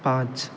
पांच